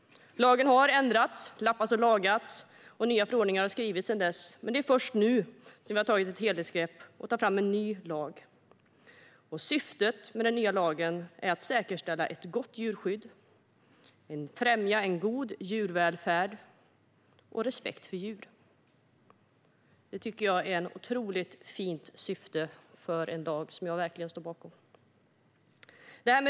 Lagen har ändrats, lappats och lagats, och nya förordningar har skrivits sedan dess. Men det är först nu som vi tar ett helhetsgrepp och tar fram en ny lag. Syftet med den nya lagen är att säkerställa ett gott djurskydd och att främja en god djurvälfärd och respekt för djur. Detta tycker jag är ett otroligt fint syfte i en lag, som jag verkligen står bakom.